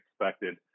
expected